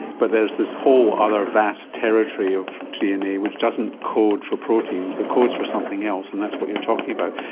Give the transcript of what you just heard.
but there's this whole other vast territory of dna which doesn't code for proteins but codes for something else and that's what you're talking about.